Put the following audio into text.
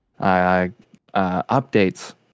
updates